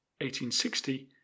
1860